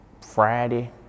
Friday